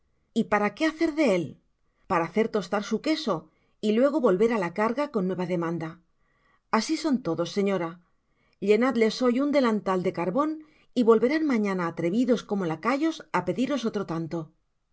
y para qué hacer de él para hacer tostar su queso y luego volver á la carga con nueva demanda asi son todos señora llenadles hoy un delantal de carbon y volverán mañana atrevidos como lacayos á pediros otro tanto